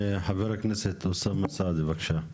חבר הכנסת אוסאמה סעדי, בבקשה.